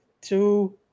two